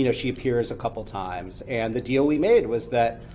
you know she appears a couple times, and the deal we made was that